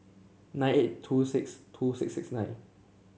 nine eight two six two six six nine